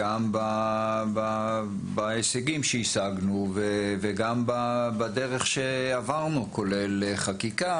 גם בהישגים שהשגנו וגם בדרך שעברנו כולל חקיקה,